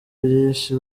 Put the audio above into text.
byinshi